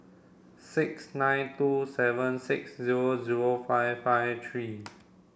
six nine two seven six zero zero five five three